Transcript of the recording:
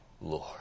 Lord